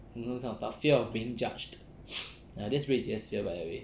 you know this kind of stuff fear of being judged ya this rui jie's fear by the way